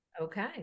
Okay